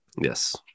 Yes